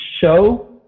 show